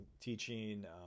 teaching